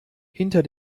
hinter